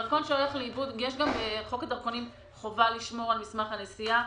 דרכון שהולך לאיבוד בחוק הדרכונים יש גם חובה לשמור על מסמך הנסיעה.